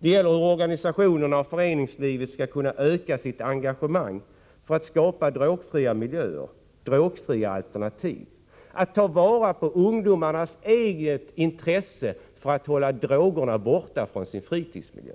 En fråga är hur organisationerna och föreningslivet skall kunna öka sitt engagemang för att skapa drogfria miljöer, drogfria alternativ. Det gäller att ta till vara ungdomarnas eget intresse av att hålla drogerna borta från sin fritidsmiljö.